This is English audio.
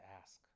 ask